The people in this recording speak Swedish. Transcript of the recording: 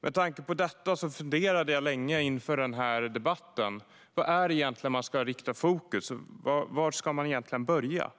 Med tanke på detta funderade jag länge inför debatten på vart man egentligen ska rikta fokus och var man ska börja.